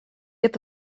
это